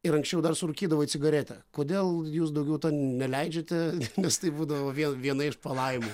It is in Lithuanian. ir anksčiau dar surūkydavai cigaretę kodėl jūs daugiau neleidžiate nes tai būdavo vėl viena iš palaimų